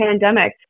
pandemic